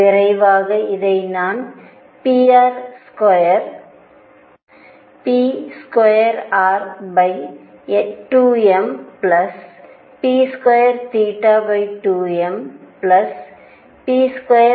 விரைவாக இதை நான் pr22mp22mp22msin2 kr